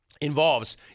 involves